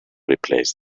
replace